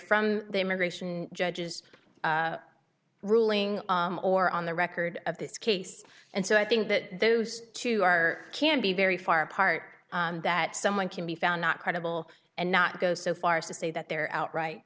immigration judges ruling or on the record of this case and so i think that those two are can be very far apart that someone can be found not credible and not go so far as to say that they're outright